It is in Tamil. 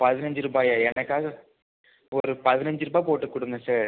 பதினைஞ்சு ரூபாயா எனக்காக ஒரு பதினஞ்சு ரூபாய் போட்டு கொடுங்க சார்